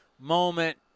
moment